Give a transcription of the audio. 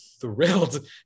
thrilled